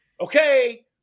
okay